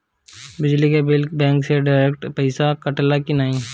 बिजली के बिल का बैंक से डिरेक्ट पइसा कटेला की नाहीं?